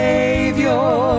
Savior